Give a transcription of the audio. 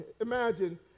imagine